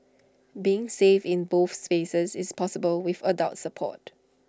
being safe in both spaces is possible with adult support